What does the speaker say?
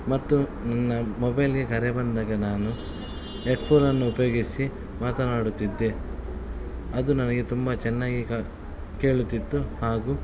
ಮತ್ತು ನನ್ನ ಮೊಬೈಲಿಗೆ ಕರೆ ಬಂದಾಗ ನಾನು ಹೆಡ್ಫೋನನ್ನು ಉಪಯೋಗಿಸಿ ಮಾತನಾಡುತ್ತಿದ್ದೆ ಅದು ನನಗೆ ತುಂಬ ಚೆನ್ನಾಗಿ ಕೇಳುತ್ತಿತ್ತು ಹಾಗೂ